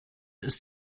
ist